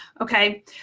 Okay